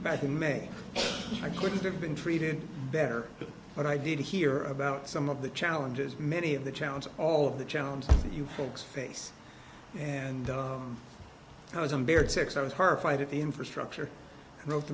back in may i couldn't have been treated better but i did hear about some of the challenges many of the challenges all of the challenges that you folks face and i was embarrassed six i was horrified at the infrastructure gro